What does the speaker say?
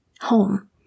home